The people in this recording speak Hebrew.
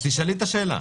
אז תשאלי את השאלה.